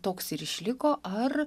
toks ir išliko ar